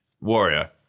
Warrior